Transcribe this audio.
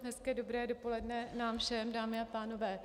Hezké dobré dopoledne nám všem, dámy a pánové.